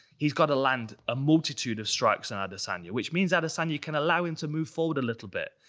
he's gotta land a multitude of strikes on adesanya. which means adesanya can allow him to move forward a little bit.